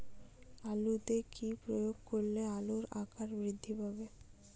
আলুতে কি প্রয়োগ করলে আলুর আকার বৃদ্ধি পাবে?